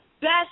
best